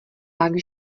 pak